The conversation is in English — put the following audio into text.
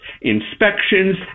inspections